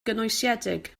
gynwysiedig